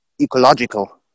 ecological